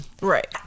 Right